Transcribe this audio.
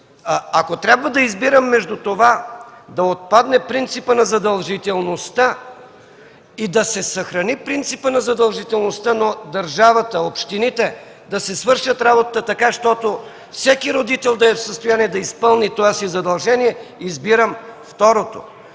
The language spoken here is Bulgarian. ако трябва да избирам между това да отпадне принципът на задължителността и да се съхрани принципът на задължителността на държавата, общините да си свършат работата така, че всеки родител да е в състояние да изпълни това си задължение, избирам второто.